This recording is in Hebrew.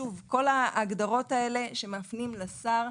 כל ההגדרות האלה שמפנים לשר,